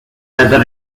rather